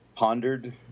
Pondered